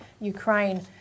Ukraine